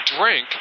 drink